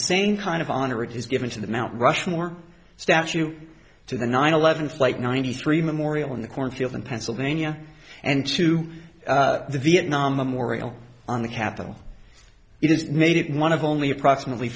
same kind of honor it is given to the mount rushmore statue to the nine eleven flight ninety three memorial in the cornfield in pennsylvania and to the vietnam memorial on the capitol it is made it one of only approximately